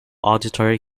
auditory